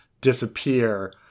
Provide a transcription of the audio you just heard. disappear